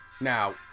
Now